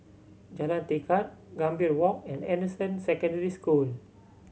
Jalan Tekad Gambir Walk and Anderson Secondary School